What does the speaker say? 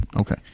okay